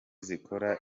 zikora